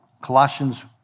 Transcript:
Colossians